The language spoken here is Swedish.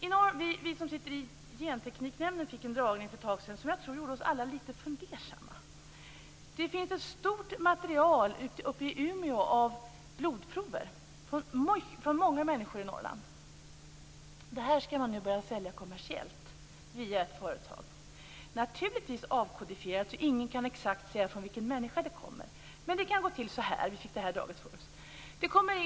Vi som sitter i Gentekniknämnden fick en föredragning för ett tag sedan som jag tror gjorde oss alla lite fundersamma. Det finns ett stort material i Umeå av blodprover från många människor i Norrland. Det här skall man nu börja sälja kommersiellt via ett företag, naturligtvis avkodifierat så att ingen exakt kan säga från vilken människa det kommer. Men det kan gå till så här.